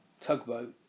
Tugboat